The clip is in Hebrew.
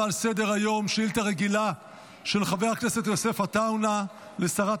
ותעבור לדיון בוועדת החוץ והביטחון לצורך